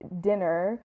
dinner